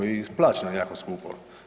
I plaćena je jako skupo.